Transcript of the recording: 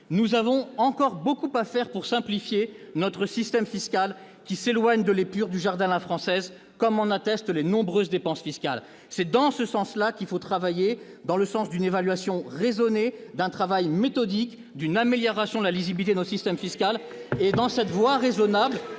Nous avons encore beaucoup à faire pour simplifier notre système fiscal, qui s'éloigne de l'épure du jardin à la française, comme en attestent les nombreuses dépenses fiscales. C'est dans ce sens qu'il faut travailler, celui d'une évaluation raisonnée, d'un travail méthodique et d'une amélioration de la lisibilité de notre système fiscal. Dans cette voie raisonnable,